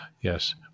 Yes